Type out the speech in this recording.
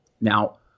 Now